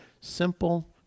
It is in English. simple